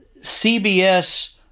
CBS